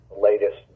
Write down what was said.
latest